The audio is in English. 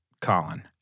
Colin